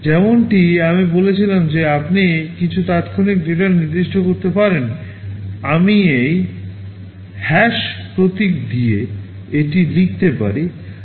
যেমনটি আমি বলেছিলাম যে আপনি কিছু তাৎক্ষণিক ডেটা নির্দিষ্ট করতে পারেন আমি এই হ্যাশ প্রতীক দিয়ে এটি লিখতে পারি